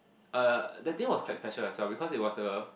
uh that day was quite special as well because it was the